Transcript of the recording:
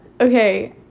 Okay